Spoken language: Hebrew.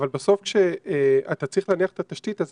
אבל בסוף כשאתה צריך להניח את התשתית אז